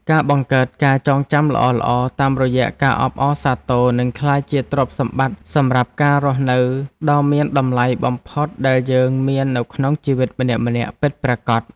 ការបង្កើតការចងចាំល្អៗតាមរយៈការអបអរសាទរនឹងក្លាយជាទ្រព្យសម្បត្តិសម្រាប់ការរស់នៅដ៏មានតម្លៃបំផុតដែលយើងមាននៅក្នុងជីវិតម្នាក់ៗពិតប្រាកដ។